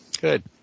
Good